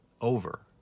over